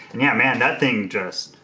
and yeah, man, that thing just,